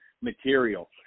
material